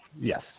Yes